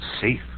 safe